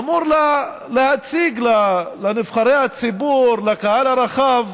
אמור להציג לנבחרי הציבור, לקהל הרחב,